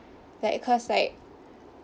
like cause like